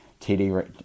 TD